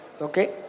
okay